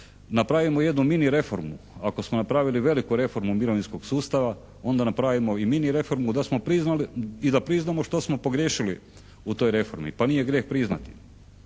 Napravimo jednu mini reformu, ako smo napravili veliku reformu mirovinskog sustava onda napravimo i mini reformu i da priznamo što smo pogriješili u toj reformi, pa nije grijeh priznati.